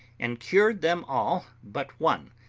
and cured them all but one,